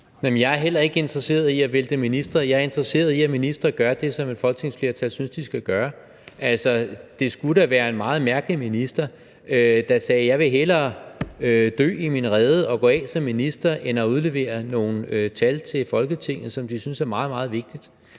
Jeg er heller ikke interesseret i at vælte ministre – jeg er interesseret i, at ministre gør det, som et folketingsflertal synes de skal gøre. Altså, det skulle da være en meget mærkelig minister, der sagde: Jeg vil hellere dø i min rede og gå af som minister end at udlevere nogle tal til Folketinget, som de synes er meget, meget vigtige.